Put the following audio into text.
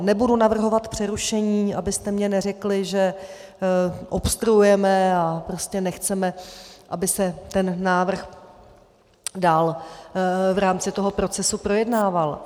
Nebudu navrhovat přerušení, abyste mi neřekli, že obstruujeme a prostě nechceme, aby se ten návrh dál v rámci toho procesu projednával.